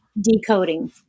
decoding